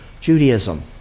Judaism